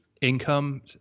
income